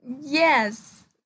Yes